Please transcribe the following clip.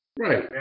Right